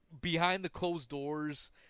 behind-the-closed-doors